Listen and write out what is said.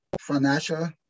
financial